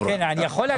נכון, אני יכול להגביל.